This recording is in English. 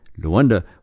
Luanda